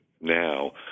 now